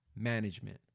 management